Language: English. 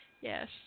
Yes